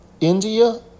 India